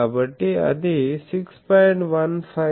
కాబట్టి అది 6